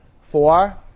Four